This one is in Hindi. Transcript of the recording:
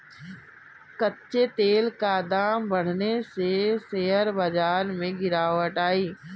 कच्चे तेल का दाम बढ़ने से शेयर बाजार में गिरावट आई